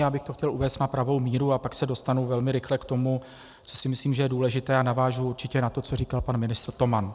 Já bych to chtěl uvést na pravou míru, a pak se dostanu velmi rychle k tomu, co si myslím, že je důležité, a navážu určitě na to, co říkal pan ministr Toman.